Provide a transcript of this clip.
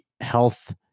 health